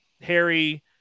Harry